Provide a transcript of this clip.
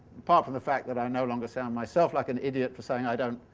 apart from the fact that i no longer sound myself like an idiot for saying i don't,